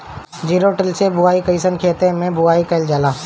Zero till से बुआई कयिसन खेते मै बुआई कयिल जाला?